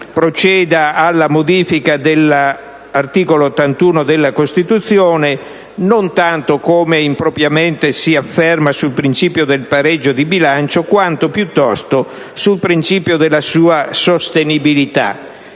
proceda alla modifica dell'articolo 81 della Costituzione non tanto, come impropriamente si afferma, sul principio del pareggio di bilancio, quanto piuttosto sul principio della sua sostenibilità.